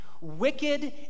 wicked